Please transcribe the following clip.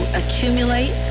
accumulate